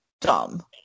dumb